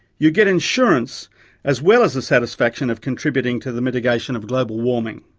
you get insurance as well as the satisfaction of contributing to the mitigation of global warming.